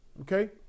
Okay